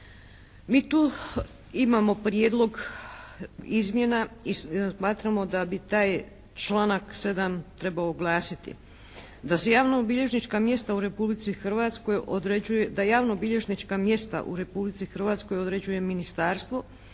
Mi tu imamo prijedlog izmjena i smatramo da bi taj članak 7. trebalo glasiti, da se javno bilježnička mjesta u Republici Hrvatskoj određuje, da javno